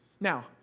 Now